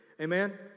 amen